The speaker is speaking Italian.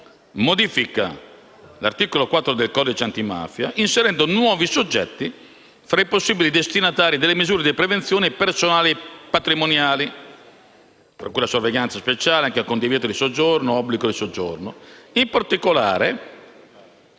modifica l'articolo 4 del codice antimafia inserendo nuovi soggetti tra i possibili destinatari delle misure di prevenzione personali e patrimoniali, tra cui la sorveglianza speciale, il divieto di soggiorno e l'obbligo di soggiorno.